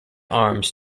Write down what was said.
arms